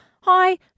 hi